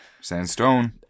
Sandstone